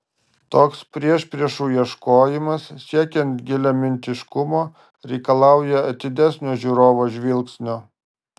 toks priešpriešų ieškojimas siekiant giliamintiškumo reikalauja atidesnio žiūrovo žvilgsnio